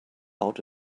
out